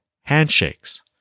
handshakes